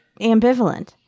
ambivalent